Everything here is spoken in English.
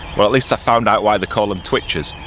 well at least i found out why they call em twitchers.